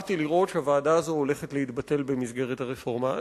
נדאגתי לראות שהוועדה הזאת הולכת להתבטל במסגרת הרפורמה.